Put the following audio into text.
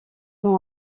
ont